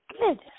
Good